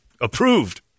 approved